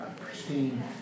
pristine